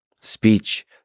Speech